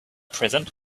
present